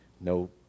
No